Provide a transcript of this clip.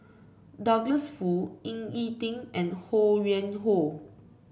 Douglas Foo Ying E Ding and Ho Yuen Hoe